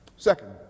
Second